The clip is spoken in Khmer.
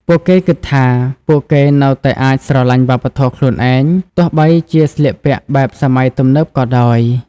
ពួកគេគិតថាពួកគេនៅតែអាចស្រលាញ់វប្បធម៌ខ្លួនឯង ទោះបីជាស្លៀកពាក់បែបសម័យទំនើបក៏ដោយ។